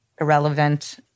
irrelevant